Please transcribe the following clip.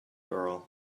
girl